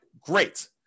great